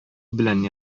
белән